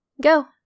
Go